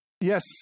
Yes